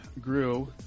grew